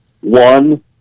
One